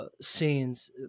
scenes